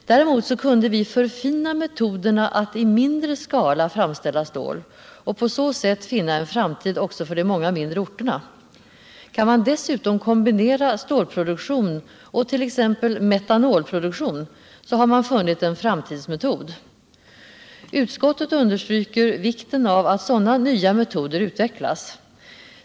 Däremot kunde vi förfina metoderna att i mindre skala framställa stål och på så sätt finna en framtid också för de många mindre orterna. Kunde man dessutom kombinera stålproduktion och t.ex. metanolproduktion, hade man funnit en framtidsmetod. Utskottet understryker vikten av att sådana nya metoder utvecklas.